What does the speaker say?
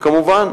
כמובן,